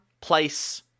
place